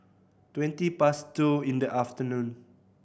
twenty past two in the afternoon